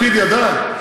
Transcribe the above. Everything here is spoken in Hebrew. לפיד ידע?